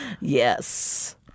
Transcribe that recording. Yes